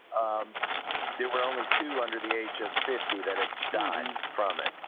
um there were only two under the age of fifty that had done from it.